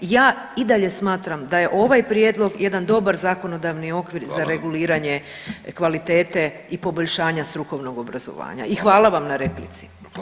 Ja i dalje smatram da je ovaj prijedlog jedan dobar zakonodavni okvir za reguliranje kvalitete i poboljšanja strukovnog obrazovanja i hvala vam na replici.